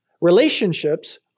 Relationships